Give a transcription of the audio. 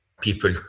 people